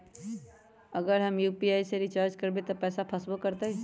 अगर हम यू.पी.आई से रिचार्ज करबै त पैसा फसबो करतई?